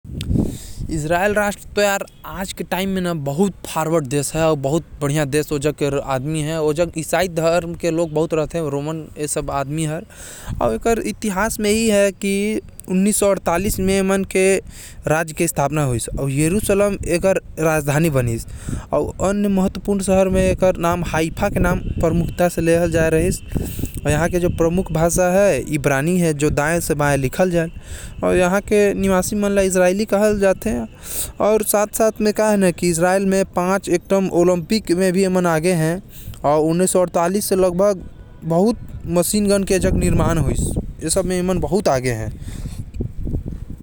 इजराइल के स्थापना उन्नीस सौ अड़तालीस म होइस जेकर राजधानी जेरूसलम बनिस। मशीन गन के निर्माण मन म एमन आगे हवे अउ एमन के भाषा हिब्रू होथे।